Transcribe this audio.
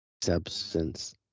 substance